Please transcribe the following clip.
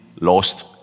lost